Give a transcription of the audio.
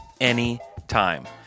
anytime